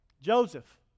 Joseph